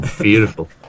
Beautiful